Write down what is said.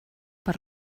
per